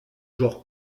genre